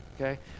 okay